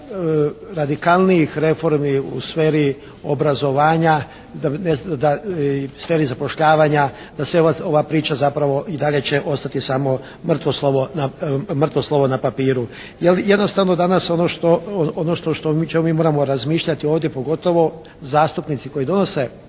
radikalnijih reformi u sferi obrazovanja, da i sferi zapošljavanja da sva ova priča zapravo i dalje će ostati samo mrtvo slovo na papiru. Jer jednostavno danas ono što, o čemu mi moramo razmišljati ovdje pogotovo zastupnici koji donose